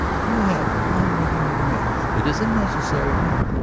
you have already made amends. it isn't necessary to.